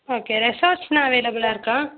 okay ரெசார்ட்ஸுலாம் அவைலபிளா இருக்கா